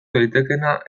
daitekeena